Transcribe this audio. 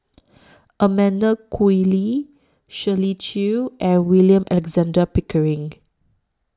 Amanda Koe Lee Shirley Chew and William Alexander Pickering